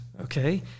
okay